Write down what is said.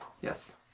Yes